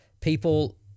people